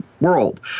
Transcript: world